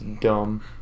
dumb